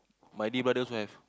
Maidy brother also have